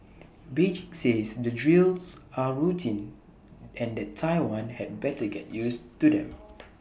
Beijing says the drills are routine and that Taiwan had better get used to them